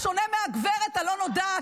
בשונה מהגברת הלא-נודעת,